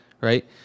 right